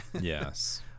Yes